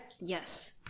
yes